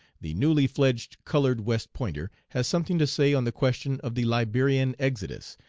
the newly fledged colored west pointer, has something to say on the question of the liberian exodus,